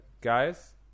Guys